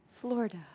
Florida